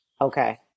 Okay